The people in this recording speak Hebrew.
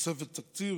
תוספת תקציב,